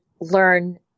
learn